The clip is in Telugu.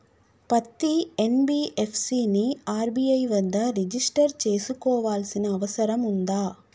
పత్తి ఎన్.బి.ఎఫ్.సి ని ఆర్.బి.ఐ వద్ద రిజిష్టర్ చేసుకోవాల్సిన అవసరం ఉందా?